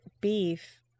beef